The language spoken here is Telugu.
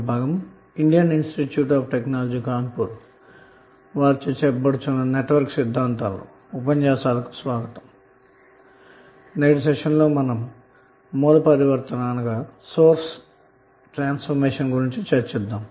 నమస్కారం నేటి సెషన్లో మనము సోర్స్ పరివర్తన గురించి చర్చిద్దాము